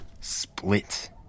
split